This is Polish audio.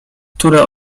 które